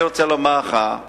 אני רוצה לומר לכם